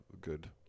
good